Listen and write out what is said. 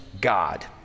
god